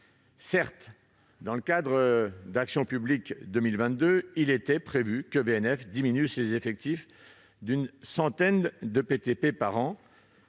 Certes, dans le cadre du plan Action publique 2022, il était prévu que VNF diminue ses effectifs d'une centaine d'ETP par an,